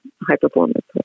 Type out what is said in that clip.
high-performance